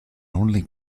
only